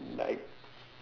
like